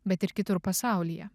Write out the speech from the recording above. bet ir kitur pasaulyje